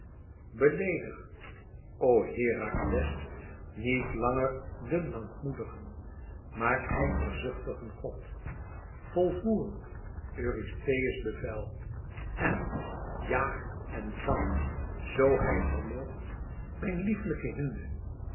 beleedig o herakles niet langer den lankmoedigen maar ijverzuchtigen god volvoer eurystheus bevel en jaag en vang zoo gij vermoogt mijne lieflijke hinde